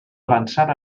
avançar